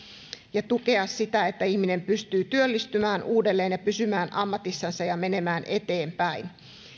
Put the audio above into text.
ja tukea sitä että ihminen pystyy työllistymään uudelleen ja pysymään ammatissansa ja menemään eteenpäin